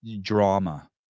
Drama